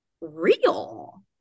real